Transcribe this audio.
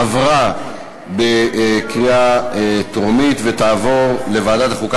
עברה בקריאה טרומית ותעבור לוועדת החוקה,